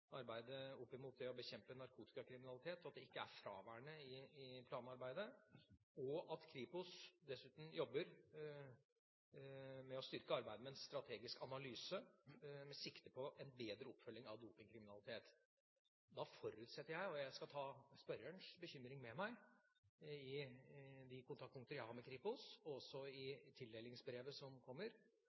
planarbeidet, og at Kripos dessuten jobber med å styrke arbeidet med en strategisk analyse med sikte på en bedre oppfølging av dopingkriminalitet. Da forutsetter jeg – og jeg skal ta spørrerens bekymring med meg i de kontaktpunkter jeg har med Kripos, og også i tildelingsbrevet som kommer